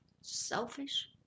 selfish